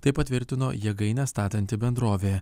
tai patvirtino jėgainę statanti bendrovė